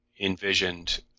envisioned